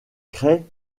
crée